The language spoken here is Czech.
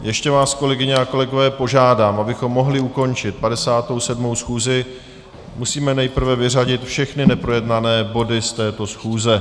Ještě vás, kolegyně a kolegové, požádám, abychom mohli ukončit 57. schůzi, musíme nejprve vyřadit všechny neprojednané body z této schůze.